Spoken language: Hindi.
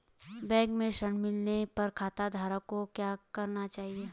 बैंक से ऋण मिलने पर खाताधारक को क्या करना चाहिए?